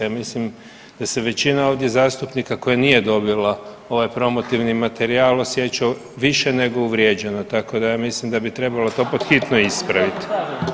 Ja mislim da se većina ovdje zastupnika koje nije dobila ovaj promotivni materijal osjeća više nego uvrijeđeno, tako da ja mislim da bi trebalo to pod hitno ispravit.